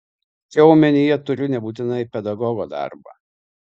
čia omenyje turiu nebūtinai pedagogo darbą